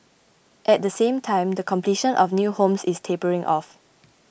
at the same time the completion of new homes is tapering off